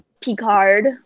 Picard